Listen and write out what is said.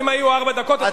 אם היו ארבע דקות,